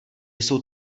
jsou